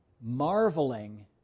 marveling